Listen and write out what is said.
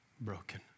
broken